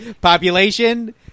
Population